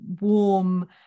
warm